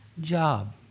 job